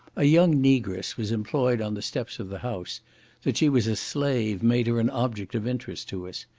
a young negress was employed on the steps of the house that she was a slave made her an object of interest to us.